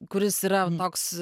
kuris yra toks